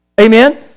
Amen